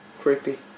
Creepy